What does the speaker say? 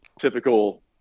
typical